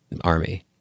Army